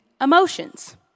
emotions